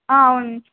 అవును